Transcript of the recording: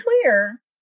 clear